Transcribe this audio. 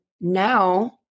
now